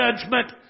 judgment